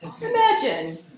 Imagine